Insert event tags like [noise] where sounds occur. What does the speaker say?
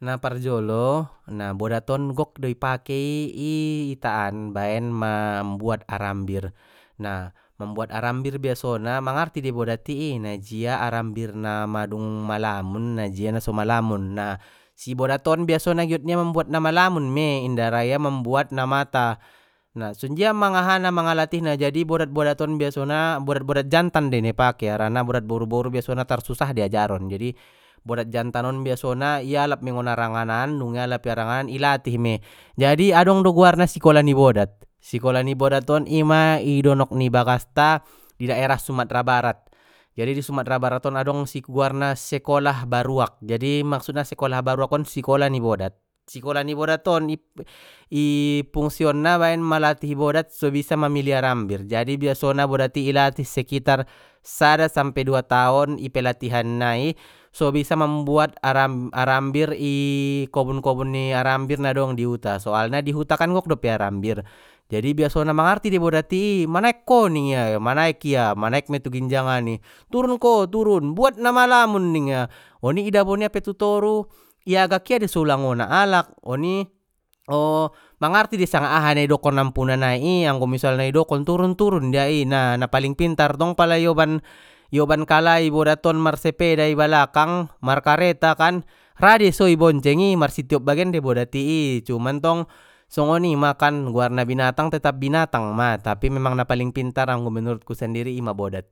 naparjolo nah bodat on gok do ipakei i itaan baen mambuat arambir nah mambuat arambir biasona mangarti dei bodati i na jia arambir na madung malamun najia naso malamun na si bodat on biasana giot nia mambuat na malamun mei inda ra ia mambuat na mata sonjia mangahana mangalatihna jadi bodat bodat on bodat bodat jantan dei na i pake harana bodat boru boru biasona tarsusah dei ajaron jadi bodat jantanon biasana ialap mei ngon aranganan nung ialap i aranganan ilatih mei jadi adong do guarna sikola ni bodat, sikola ni bodat on ima idonok ni bagasta, di daearah sumatera barat jadi di sumatera barat on adong si goarna sikolah baruak jadi maksudna sekolah baruak on sikola ni bodat, sikola ni bodat on [hesitation] i pungsion na baen malatih bodat so bisa mamili arambir jadi biasona bodat ilatih sekitar sada sampe dua taon i pelatihan nai so bisa mambuat aram-arambir i kobun kobun ni arambir na dong di huta soalna di huta kan gok dope arambir jadi biasona mangarti dei bodati i manaek ko ningia manaek ia manaek mia tu ginjangan i turun ko turun buat namalamun ningia oni idabuon ia pe tu toru iagak ia dei so ulang ona alak oni o [hesitation] mangarti dei sanga aha na didokon ampuna nai i anggo misalna idokon turun turun dia i na na paling pintar tong pala ioban, ioban kalai bodat on marsepeda i balakang markareta kan ra dei so i bonceng i marsitiop bagen dei bodat i cuman tong songoni ma kan goarna binatang tetap binatangma tapi memang na paling pintar anggo menurutku sendiri ima bodat.